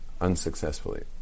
unsuccessfully